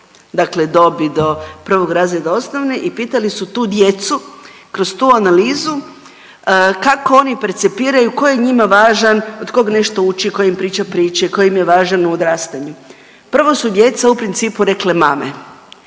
dakle dobi do 1. razreda osnovne i pitali su tu djecu kroz tu analizu kako oni percipiraju, tko je njima važan, od kog nešto uče, tko im priča priče, tko im je važan u odrastanju? Prvo su djeca u principu rekle mame.